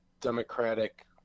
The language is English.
Democratic